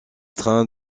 trains